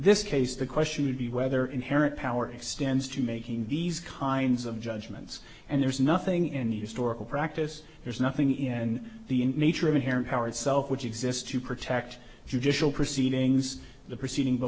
this case the question should be whether inherent power extends to making these kinds of judgments and there's nothing in your store of a practice there's nothing in the nature of inherent power itself which exists to protect judicial proceedings the proceeding